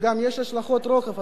שיש לה גם השלכות רוחב.